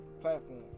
platform